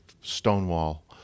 Stonewall